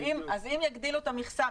אז אם יגדילו את המכסה,